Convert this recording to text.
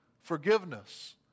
Forgiveness